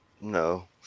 No